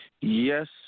Yes